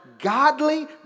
Godly